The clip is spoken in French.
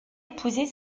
épousé